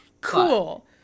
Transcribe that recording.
Cool